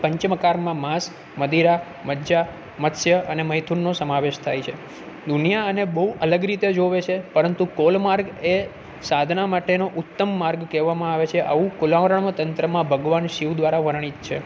પંચમ કારમાં માંસ મદિરા મજા મત્સ્ય અને મૈથુનનો સમાવેશ થાય છે દુનિયા આને બહુ અલગ રીતે જોવે છે પરંતુ કૌલમાર્ગ એ સાધન માટેનો ઉત્તમ માર્ગ કહેવામાં આવે છે આવું કોલારવણ તંત્રમાં ભગવાન શિવ દ્વારા વર્ણીત છે